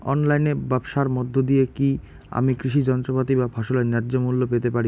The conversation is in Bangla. অনলাইনে ব্যাবসার মধ্য দিয়ে কী আমি কৃষি যন্ত্রপাতি বা ফসলের ন্যায্য মূল্য পেতে পারি?